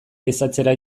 ehizatzera